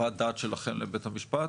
חוות דעת שלכם לבית המשפט?